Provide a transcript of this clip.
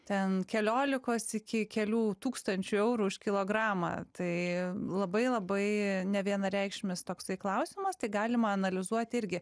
ten keliolikos iki kelių tūkstančių eurų už kilogramą tai labai labai nevienareikšmis toksai klausimas tai galima analizuot irgi